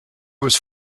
was